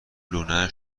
لونه